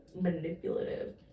manipulative